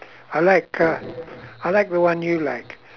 I like uh I like the one you like